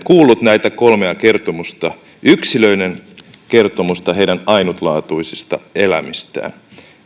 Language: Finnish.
kuullut näitä kolmea kertomusta yksilöiden kertomuksia heidän ainutlaatuisista elämistään